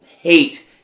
hate